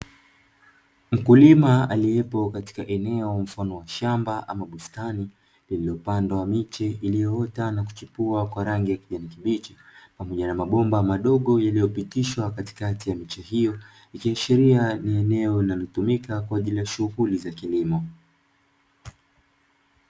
Mkulima aliyepo katika eneo mfano wa shamba ama bustani lililopandwa miche iliyoota na kuchipua kwa rangi ya kijani kibichi pamoja na mabomba madogo yaliyopitishwa katikati ya miche hiyo, ikiashiria ni eneo linalotumika kwa ajili ya shughuli za kilimo.